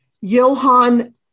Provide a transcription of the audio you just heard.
Johann